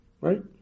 Right